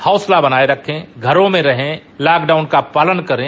हौसला बनाये रखें घरों में रहें लॉकडाउन का पालन करें